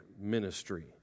ministry